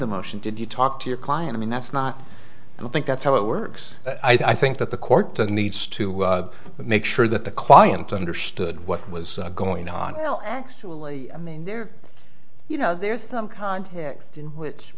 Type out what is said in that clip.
the motion did you talk to your client i mean that's not and i think that's how it works i think that the court to needs to make sure that the client understood what was going on well actually i mean there you know there's some context in which